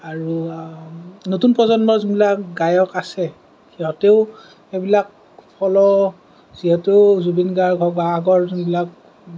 আৰু নতুন প্ৰজন্মৰ যোনবিলাক গায়ক আছে সিহঁতেও সেইবিলাক ফল' যিহেতু জুবিন গাৰ্গ হওঁক বা আগৰ যোনবিলাক